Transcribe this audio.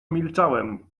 milczałem